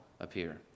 appear